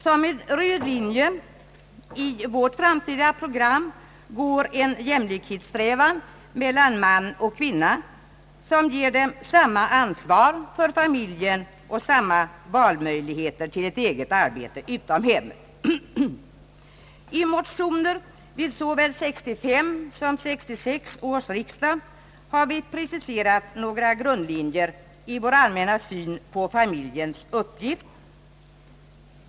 Som en röd linje i vårt framtidsprogram går en strävan till jämlikhet mellan man och kvinna, som ger dem samma ansvar för familjen och samma valmöjligheter till ett eget arbete utom hemmet. I motioner till såväl 1965 som 1966 års riksdag har vi också preciserat några grundlinjer i vår allmänna syn på familjens uppgift.